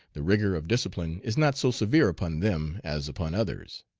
the rigor of discipline is not so severe upon them as upon others.